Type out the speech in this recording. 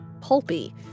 pulpy